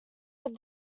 have